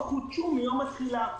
או חודשו מיום התחילה.